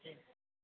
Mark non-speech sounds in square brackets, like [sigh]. [unintelligible]